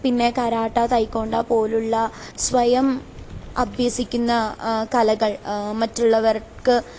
കാരാട്ടാ taekwondo പോലുള്ള സ്വയം അഭ്യസിക്കുന്ന കലകൾ മറ്റുള്ളവർക്ക്